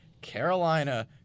Carolina